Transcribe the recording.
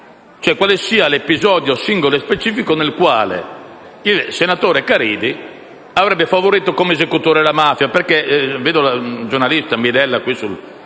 quale sia l'episodio singolo e specifico nel quale il senatore Caridi avrebbe favorito, come esecutore, la mafia.